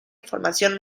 información